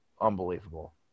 Unbelievable